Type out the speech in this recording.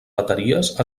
bateries